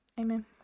Amen